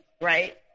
right